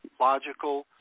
logical